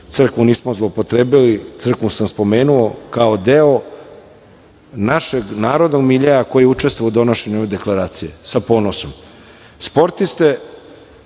Crkvu nismo zloupotrebili, crkvu sam spomenuo kao deo našeg narodnog miljea koji učestvuje u donošenju ove deklaracije, sa